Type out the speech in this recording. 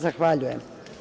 Zahvaljujem.